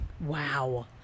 Wow